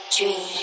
Dream